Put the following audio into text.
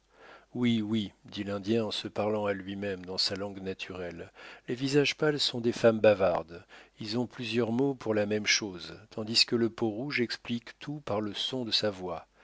oui oui dit l'indien en se parlant à lui-même dans sa langue naturelle les visages pâles sont des femmes bavardes ils ont plusieurs mots pour la même chose tandis que la peaurouge explique tout par le son de sa voix